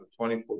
24